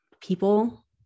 people